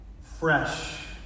fresh